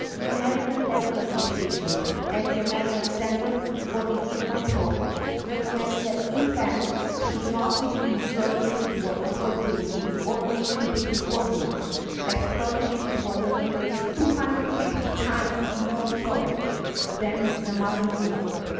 the american dental association and the american centre for disease control recommends that infants should not receive fluoridated water for drinking or making baby formula as fluoridated water contains two hundred and fifty times more fluoride than the mother's milk.